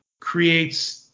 creates –